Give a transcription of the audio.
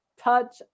touch